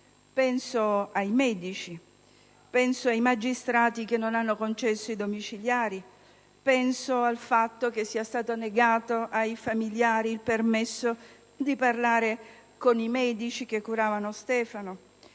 ai medici e ai magistrati che non hanno concesso i domiciliari. Penso al fatto che sia stato negato ai familiari il permesso di parlare con i medici che curavano Stefano.